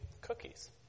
cookies